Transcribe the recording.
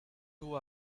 two